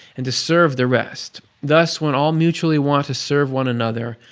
and to serve the rest. thus when all mutually want to serve one another,